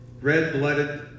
red-blooded